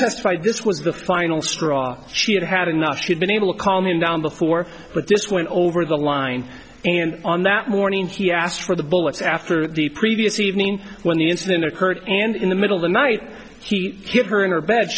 testified this was the final straw she had had enough she'd been able to calm him down before but this went over the line and on that morning she asked for the bullets after the previous evening when the incident occurred and in the middle of the night he hit her in her bed